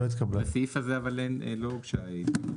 הצבעה לא אושר בסעיף הזה אבל לא הוגשה הסתייגות,